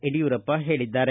ಯಡಿಯೂರಪ್ಪ ಹೇಳಿದ್ದಾರೆ